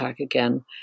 again